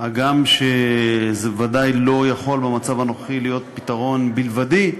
הגם שזה ודאי לא יכול במצב הנוכחי להיות פתרון בלבדי,